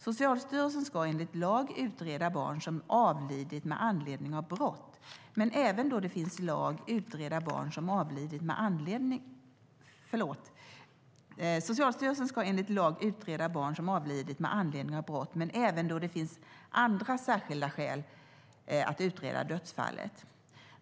Socialstyrelsen ska enligt lag utreda barn som avlidit med anledning av brott men utreda även då det finns andra särskilda skäl att utreda dödsfallet.